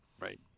Right